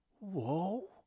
whoa